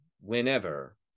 whenever